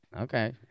Okay